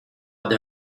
add